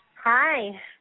Hi